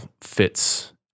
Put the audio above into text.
fits